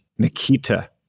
Nikita